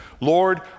Lord